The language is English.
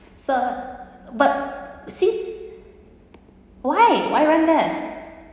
so but see why why run less